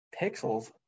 Pixels